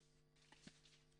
חברת הכנסת סבטלובה.